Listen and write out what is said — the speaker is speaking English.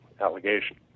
allegation